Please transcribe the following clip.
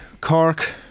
Cork